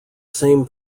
same